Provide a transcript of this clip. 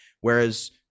whereas